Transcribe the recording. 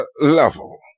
level